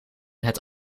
het